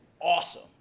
awesome